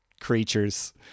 creatures